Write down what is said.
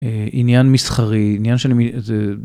עניין מסחרי, עניין של...